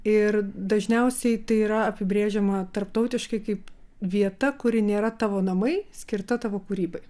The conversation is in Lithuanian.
ir dažniausiai tai yra apibrėžiama tarptautiškai kaip vieta kuri nėra tavo namai skirta tavo kūrybai